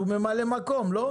הוא ממלא-מקום, לא?